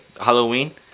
Halloween